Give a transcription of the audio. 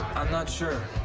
i'm not sure.